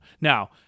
now